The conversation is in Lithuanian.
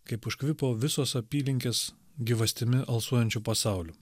kaip užkvipo visos apylinkės gyvastimi alsuojančiu pasauliu